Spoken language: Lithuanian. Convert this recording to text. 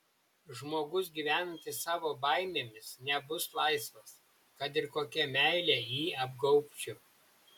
žmogus gyvenantis savo baimėmis nebus laisvas kad ir kokia meile jį apgaubčiau